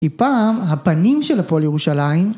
טיפה הפנים של הפועל ירושלים